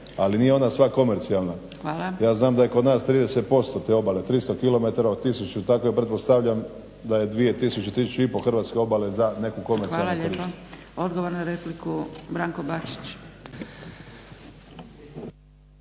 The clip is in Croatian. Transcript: ali nije ona sva komercijalna. Ja znam da je kod nas 30% te obale, 300 kilometara od tisuću i dakle pretpostavljam da je 2 tisuće, tisuću i po Hrvatske obale za neko komercijalno